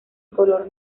color